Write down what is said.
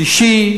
שישי,